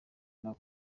nabo